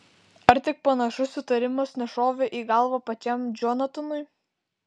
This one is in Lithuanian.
ar tik panašus įtarimas nešovė į galvą pačiam džonatanui